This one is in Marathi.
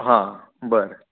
हां बरं